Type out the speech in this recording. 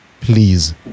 please